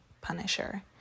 Punisher